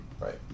right